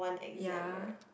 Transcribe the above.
ya